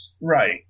Right